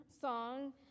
song